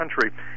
country